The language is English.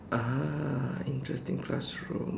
(uh huh) interesting classroom